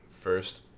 First